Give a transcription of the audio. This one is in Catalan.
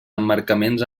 emmarcaments